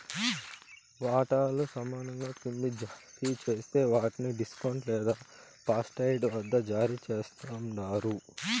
వాటాలు సమానంగా కింద జారీ జేస్తే వాట్ని డిస్కౌంట్ లేదా పార్ట్పెయిడ్ వద్ద జారీ చేస్తండారు